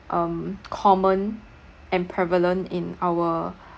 um common and prevalent in our